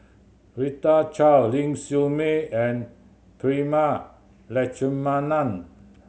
Rita Chao Ling Siew May and Prema Letchumanan